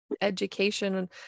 education